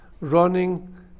running